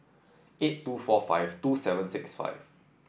eight two four five two seven six five